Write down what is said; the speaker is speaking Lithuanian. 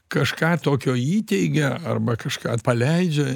kažką tokio įteigia arba kažką paleidžia